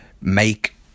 make